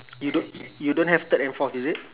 you don't you don't have third and fourth is it